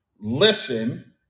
listen